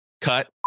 cut